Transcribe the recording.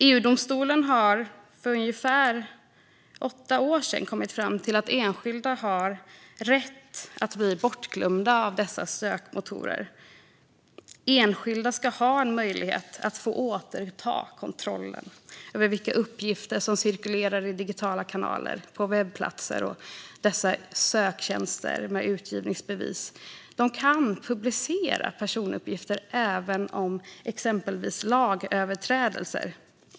EU-domstolen kom för ungefär åtta år sedan fram till att enskilda har rätt att bli bortglömda av sökmotorer. Enskilda ska ha möjlighet att få återta kontrollen över vilka uppgifter som cirkulerar i digitala kanaler och på webbplatser. Söktjänster med utgivningsbevis kan publicera personuppgifter om exempelvis lagöverträdelser.